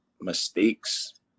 mistakes